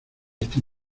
este